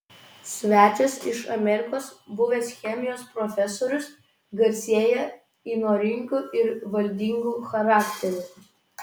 svečias iš amerikos buvęs chemijos profesorius garsėja įnoringu ir valdingu charakteriu